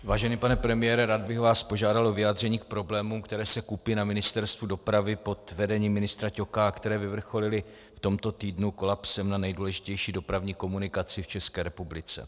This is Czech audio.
Vážený pane premiére, rád bych vás požádal o vyjádření k problémům, které se kupí na Ministerstvu dopravy pod vedením ministra Ťoka a které vyvrcholily v tomto týdnu kolapsem na nejdůležitější dopravní komunikaci v České republice.